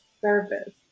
service